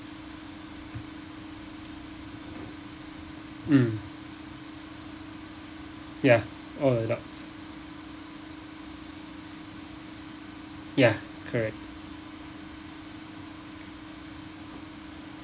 mm ya all adults ya correct